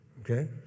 Okay